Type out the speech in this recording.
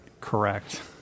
Correct